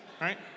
right